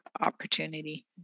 opportunity